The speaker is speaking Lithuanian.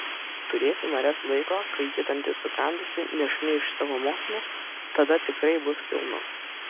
turėsi marias laiko kai ji dantis sukandusi nešmeiš savo motinos tada tikrai bus kilnu